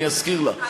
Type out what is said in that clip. אני אזכיר לך.